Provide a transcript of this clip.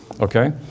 Okay